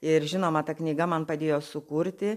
ir žinoma ta knyga man padėjo sukurti